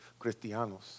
cristianos